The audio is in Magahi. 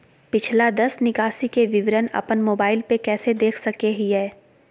पिछला दस निकासी के विवरण अपन मोबाईल पे कैसे देख सके हियई?